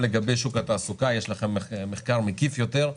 לגבי שוק התעסוקה יש לכם מחקר מקיף יותר,